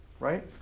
right